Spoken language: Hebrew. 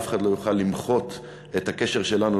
אף אחד לא יוכל למחות את הקשר שלנו,